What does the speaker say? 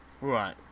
Right